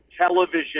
television